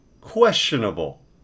questionable